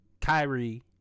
Kyrie